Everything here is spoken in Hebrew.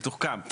מתוחכם.